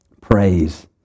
praise